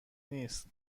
نیست